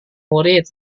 murid